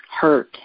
hurt